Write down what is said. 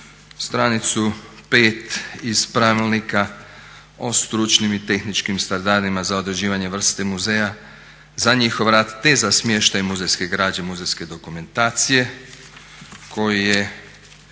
stranicu 5. iz Pravilnika o stručnim i tehničkim standardima za određivanje vrste muzeja, za njihov rad te za smještaj muzejske građe, muzejske dokumentacije koji je